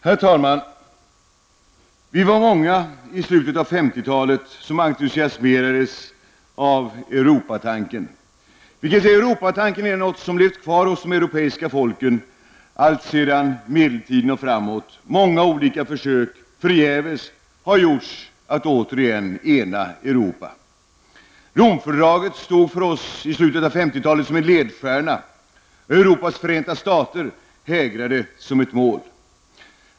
Herr talman! Vi var många som i slutet av 50-talet entusiasmerades av Europatanken. Man kan säga att Europatanken har levt hos de europeiska folken alltsedan medeltiden. Många olika försök har ju, men förgäves, gjorts för att återigen ena Europa. Romfördraget framstod i slutet av 50-talet som en ledstjärna för oss. Ett Europas förenta stater var det mål som hägrade.